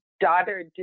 daughter